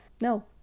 No